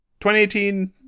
2018